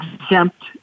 exempt